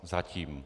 Zatím.